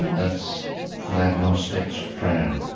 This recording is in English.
that's an agnostic's prayer.